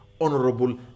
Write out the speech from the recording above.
honorable